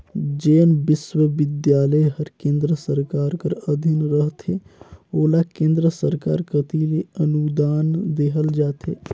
जेन बिस्वबिद्यालय हर केन्द्र सरकार कर अधीन रहथे ओला केन्द्र सरकार कती ले अनुदान देहल जाथे